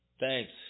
Thanks